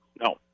No